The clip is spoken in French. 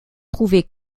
trouver